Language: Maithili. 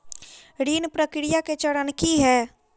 ऋण प्रक्रिया केँ चरण की है?